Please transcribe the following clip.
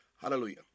Hallelujah